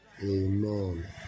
Amen